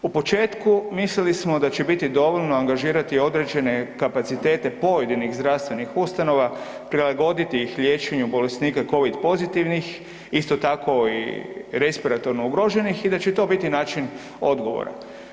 U početku mislili smo da će biti dovoljno angažirate određene kapacitete pojedinih zdravstvenih ustanova, prilagoditi ih liječenju bolesnika COVID pozitivnih i isto tako respiratorno ugroženih i da će to biti način odgovora.